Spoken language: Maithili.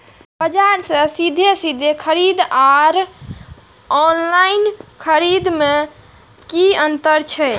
बजार से सीधे सीधे खरीद आर ऑनलाइन खरीद में की अंतर छै?